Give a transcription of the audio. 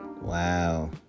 Wow